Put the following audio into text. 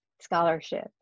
scholarship